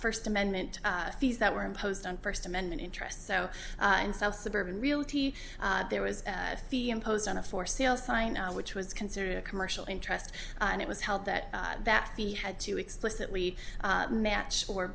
first amendment fees that were imposed on first amendment interests so in south suburban realty there was a fee imposed on a for sale sign which was considered a commercial interest and it was held that that fee had to explicitly match or